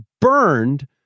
burned